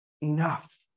enough